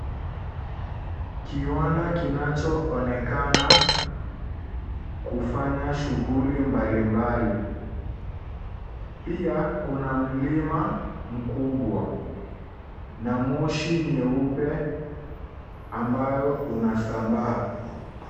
Kiwanda kinachoonekana kufanya shughuli mbalimbali. Pia, kuna mlima mkubwa na moshi nyeupe ambayo unasambaa.